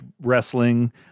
wrestling